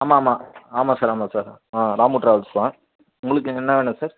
ஆமாம் ஆமாம் ஆமாம் சார் ஆமாம் சார் ஆ ராமு ட்ராவல்ஸ் தான் உங்களுக்கு என்ன வேணும் சார்